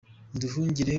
nduhungirehe